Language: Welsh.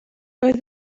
doedd